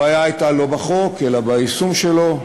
הבעיה לא הייתה בחוק אלא ביישום שלו.